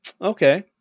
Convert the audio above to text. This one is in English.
Okay